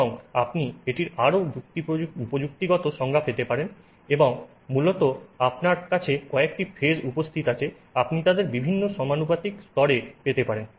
এবং আপনি এটির আরও প্রযুক্তিগত সংজ্ঞা পেতে পারেন এবং মূলত আপনার কাছে কয়েকটি ফেজ উপস্থিত আছে আপনি তাদের বিভিন্ন আনুপাতিক স্তরে পেতে পারেন